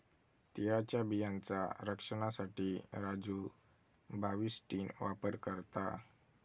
तिळाच्या बियांचा रक्षनासाठी राजू बाविस्टीन वापर करता